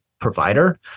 provider